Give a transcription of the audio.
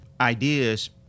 ideas